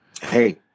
hey